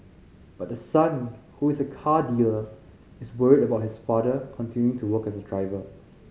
but the son who is a car dealer is worried about his father continuing to work as a driver